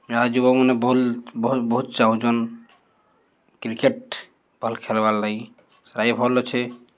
ଇହାଦେ ଯୁବକ୍ମାନେ ଭଲ୍ ଭ୍ଲ ବହୁତ୍ ଚାହୁଁଚନ୍ କ୍ରିକେଟ୍ ଭଲ୍ ଖେଲ୍ବାର୍ ଲାଗି ସେଟା ବି ଭଲ୍ ଅଛେ